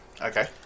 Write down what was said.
Okay